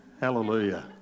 Hallelujah